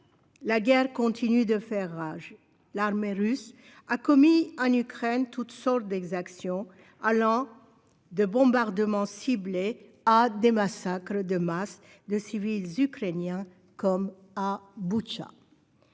la guerre continue de faire rage. L'armée russe a commis en Ukraine toutes sortes d'exactions, allant de bombardements ciblés à des massacres de masse de civils ukrainiens, comme à Boutcha.